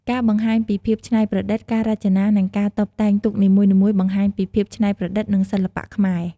ការបង្ហាញពីភាពច្នៃប្រឌិត ការរចនា និងការតុបតែងទូកនីមួយៗបង្ហាញពីភាពច្នៃប្រឌិត និងសិល្បៈខ្មែរ។